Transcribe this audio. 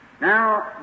Now